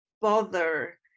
bother